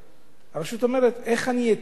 הרשות אומרת: איך אני אתן שם לבנות?